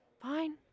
Fine